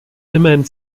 immerhin